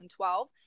2012